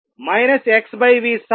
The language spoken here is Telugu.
x v సార్లు